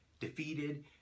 defeated